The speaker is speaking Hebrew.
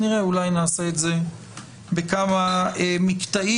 אולי נעשה את זה בכמה מקטעים,